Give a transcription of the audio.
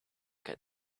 get